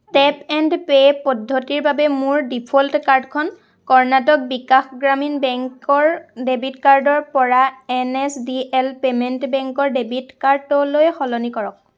tap and pay পদ্ধতিৰ বাবে মোৰ ডিফ'ল্ট কাৰ্ডখন কৰ্ণাটক বিকাশ গ্ৰামীণ বেংকৰ ডেবিট কাৰ্ডৰ পৰা N S D L payment বেংকৰ ডেবিট কাৰ্ডলৈ সলনি কৰক